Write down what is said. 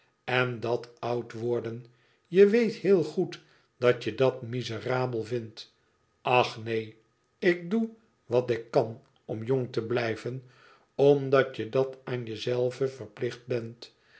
en dat oud worden je weet heel goed dat je dat miserabel vindt ach neen ik doe wat ik kan om jong te blijven omdat je dat aan jezelve verplicht bent